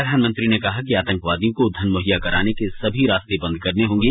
प्रधानमंत्री ने कहा कि आतंकवादियो को धन मुहैया कराने के सभी साधन बंद करने होंगे